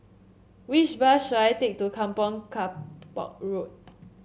which bus should I take to Kampong Kapor Road